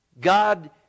God